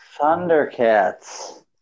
Thundercats